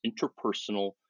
interpersonal